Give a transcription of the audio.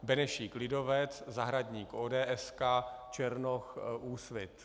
Benešík lidovec, Zahradník ODS, Černoch Úsvit.